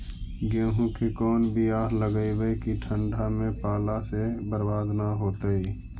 गेहूं के कोन बियाह लगइयै कि ठंडा में पाला से बरबाद न होतै?